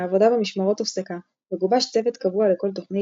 העבודה במשמרות הופסקה וגובש צוות קבוע לכל תוכנית,